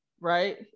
right